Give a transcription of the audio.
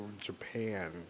Japan